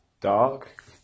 Dark